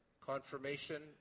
confirmation